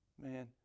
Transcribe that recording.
Man